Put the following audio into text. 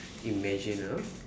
imagine ah